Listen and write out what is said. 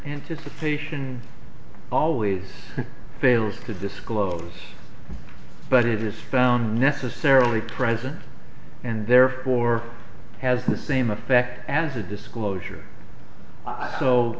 anticipation always fails to disclose but it is found necessarily present and therefore has the same effect as a disclosure